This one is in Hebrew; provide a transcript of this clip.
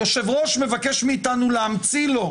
היושב-ראש מבקש מאיתנו להמציא לו,